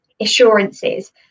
assurances